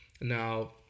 Now